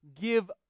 give